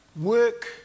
work